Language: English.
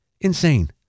Insane